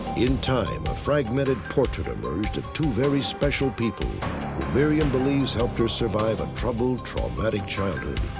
in time, a fragmented portrait emerged of two very special people miriam believes helped her survive a troubled, traumatic childhood.